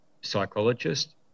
psychologist